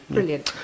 Brilliant